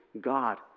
God